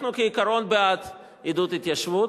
אנחנו כעיקרון בעד עידוד התיישבות,